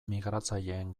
migratzaileen